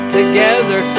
together